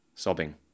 Sobbing